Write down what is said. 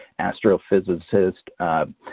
astrophysicist